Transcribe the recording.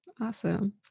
Awesome